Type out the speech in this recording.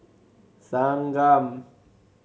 thanggam